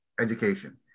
education